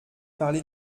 parlé